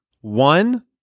one